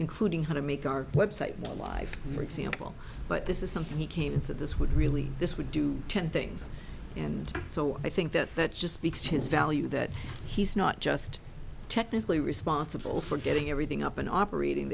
including how to make our website a life for example but this is something he came and said this would really this would do ten things and so i think that just because his value that he's not just technically responsible for getting everything up and operating